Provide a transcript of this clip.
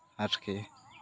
ᱟᱨᱠᱤ